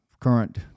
current